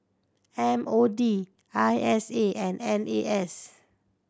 M O D I S A and N A S